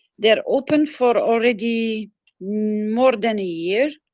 they are open for already more than a year.